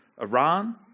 Iran